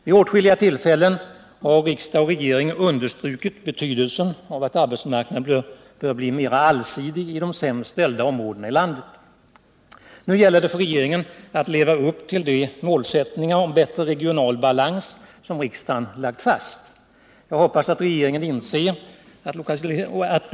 Vid åtskilliga tillfällen har riksdag och regering understrukit betydelsen av att arbetsmarknaden blir mera allsidig i de sämst ställda områdena i landet. Nu gäller det för regeringen att leva upp till den målsättning om bättre regional balans som riksdagen fastlagt.